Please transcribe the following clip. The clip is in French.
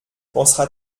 pensera